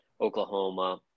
oklahoma